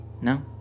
No